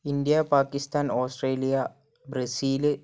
India Pakistan Australia Brazil